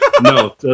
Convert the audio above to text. No